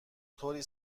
طوری